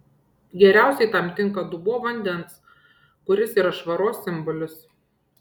geriausiai tam tinka dubuo vandens kuris yra švaros simbolis